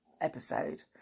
episode